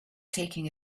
taking